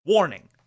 Warning